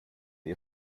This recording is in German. ihr